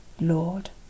Lord